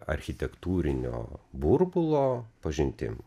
architektūrinio burbulo pažintim